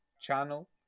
channel